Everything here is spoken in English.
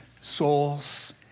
souls